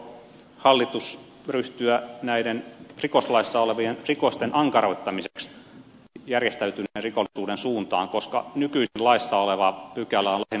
aikooko hallitus ryhtyä toimenpiteisiin näiden rikoslaissa olevien rikosten ankaroittamiseksi järjestäytyneen rikollisuuden suuntaan koska nykyisin laissa oleva pykälä on lähinnä kuollut kirjain